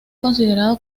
considerado